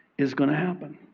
is going to happen.